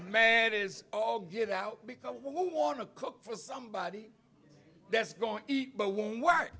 man is all get out because i want to cook for somebody that's going to eat but w